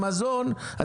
מזון,